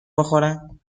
بخورم